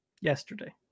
yesterday